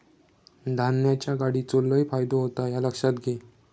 धान्याच्या गाडीचो लय फायदो होता ह्या लक्षात घे